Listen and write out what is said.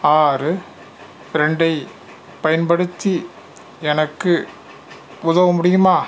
ஆறு ரெண்டு ஐப் பயன்படுத்தி எனக்கு உதவ முடியுமா